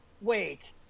wait